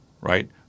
right